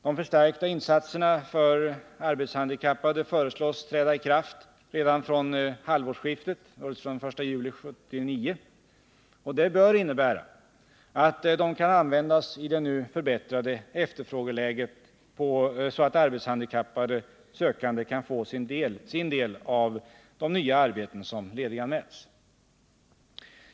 De förstärkta insatserna för arbetshandikappade föreslås träda i kraft redan från den 1 juli 1979. Det bör innebära att de kan användas i det nu förbättrade efterfrågeläget, så att arbetshandikappade sökande kan få sin del av de nya arbeten som lediganmäls.